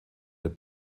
der